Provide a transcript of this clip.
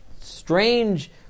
strange